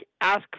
ask